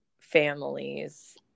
families